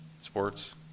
Sports